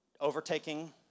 Overtaking